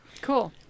Cool